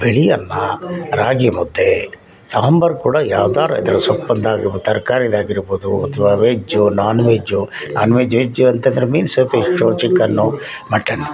ಬಿಳಿ ಅನ್ನ ರಾಗಿ ಮುದ್ದೆ ಸಾಂಬಾರು ಕೂಡ ಯಾವ್ದಾದ್ರೂ ಇದ್ದರೆ ಸೊಪ್ಪಿಂದು ಆಗಿ ತರ್ಕಾರಿದು ಆಗಿರ್ಬೋದು ಅಥ್ವಾ veg non veg non veg veg ಅಂತಂದ್ರೆ ಮೀನ್ಸ್ ಫಿಶ್ಶೊ ಚಿಕನ್ನು ಮಟನ್